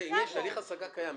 יש הליך השגה קיים.